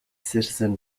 citizen